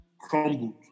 crumbled